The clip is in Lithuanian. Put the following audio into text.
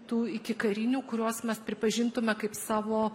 tų ikikarinių kuriuos mes pripažintume kaip savo